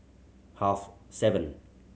half seven